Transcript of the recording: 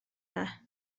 yna